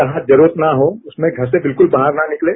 जहां जरूरत ना हो उसमें घर से बिल्कुल बाहर ना निकलें